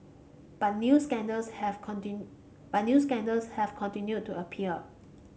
but new scandals have but new scandals have continued to appear